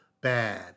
bad